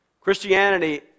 Christianity